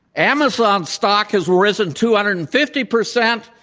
amazon stock has risen two hundred and fifty percent.